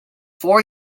four